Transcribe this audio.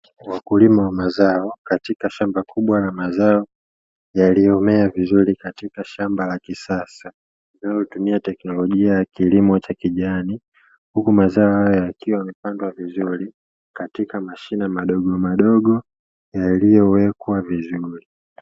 Wakulima wa mazao katika shamba kubwa la mazao yaliyomea vizuri katika shamba la kisasa, linalotumia kilimo cha kijani huku mazao yakiwa yamepandwa vizuri katika mashine madogo madogo yaliyo wekwa vizuri.